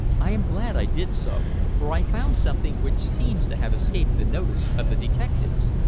i am glad i did so, for i found something which seems to have escaped the notice of the detectives.